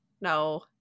no